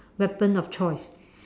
weapon of choice